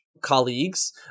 colleagues